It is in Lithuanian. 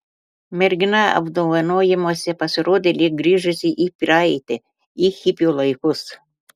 mergina apdovanojimuose pasirodė lyg grįžusi į praeitį į hipių laikus